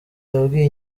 yabwiye